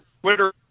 Twitter